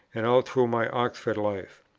and all through my oxford life.